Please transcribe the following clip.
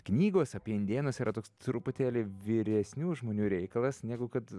knygos apie indėnus yra toks truputėlį vyresnių žmonių reikalas negu kad